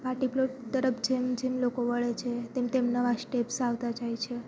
party plot તરફ જેમ જેમ લોકો વળે છે તેમ તેમ નવા સ્ટેપ્સ આવતા જાય છે